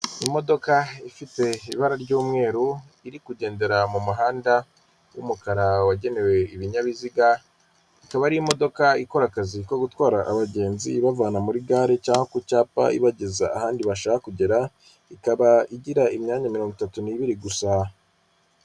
Imodoka ifite ibara ry'umweru iri kugendera mu muhanda w'umukara wagenewe ibinyabiziga, ikaba ari imodoka ikora akazi ko gutwara abagenzi ibavana muri gare cyangwa ku cyapa ibageza ahandi bashaka kugera ikaba igira imyan mirongo itatu n'ibiri gusa.